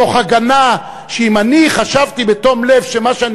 תוך הגנה שאם אני חשבתי בתום לב שמה שאני